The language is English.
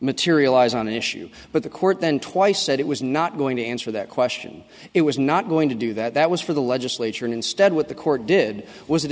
materialize on an issue but the court then twice said it was not going to answer that question it was not going to do that that was for the legislature and instead what the court did was it